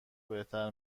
بهتر